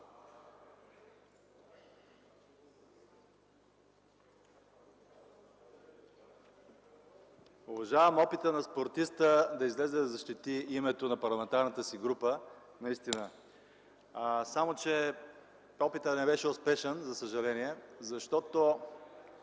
уважавам опита на спортиста да излезе да защити името на парламентарната си група. Само че опитът не беше успешен за съжаление, защото